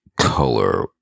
color